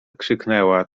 krzyknęła